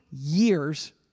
years